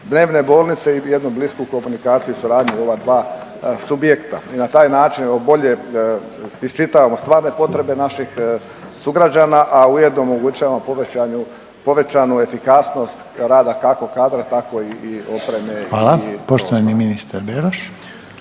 dnevne bolnice i jednu blisku komunikaciju i suradnju ova dva subjekta i na taj način bolje iščitavamo stvarne potrebe naših sugrađana, a ujedno omogućavamo povećanju, povećanu efikasnost rada kako kadra tako i opreme…/Upadica Reiner: Hvala/… i sve ostalo.